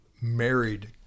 married